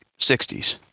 60s